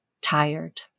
tired